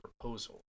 proposal